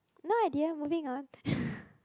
no I didn't moving ah